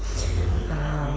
um